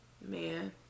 Man